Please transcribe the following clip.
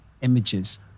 images